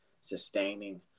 sustaining